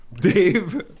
Dave